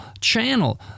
channel